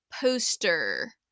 poster